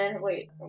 wait